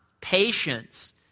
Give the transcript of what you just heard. Patience